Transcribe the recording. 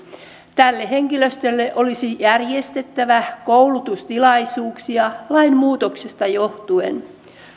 tälle henkilöstölle olisi järjestettävä koulutustilaisuuksia lainmuutoksesta johtuen